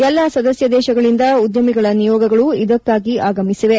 ಎಲ್ಲಾ ಸದಸ್ಯ ದೇಶಗಳಿಂದ ಉದ್ಯಮಿಗಳ ನಿಯೋಗಗಳು ಇದಕ್ಕಾಗಿ ಆಗಮಿಸಿವೆ